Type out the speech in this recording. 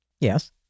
Yes